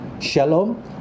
Shalom